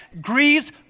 grieves